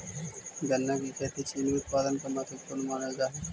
गन्ना की खेती चीनी उत्पादन ला महत्वपूर्ण मानल जा हई